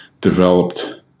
developed